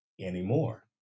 anymore